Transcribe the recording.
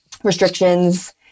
restrictions